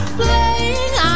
playing